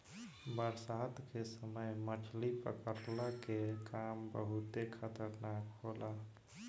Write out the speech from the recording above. बरसात के समय मछली पकड़ला के काम बहुते खतरनाक होला